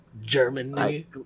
Germany